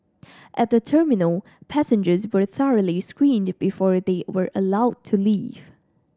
at the terminal passengers were thoroughly screened before they were allowed to leave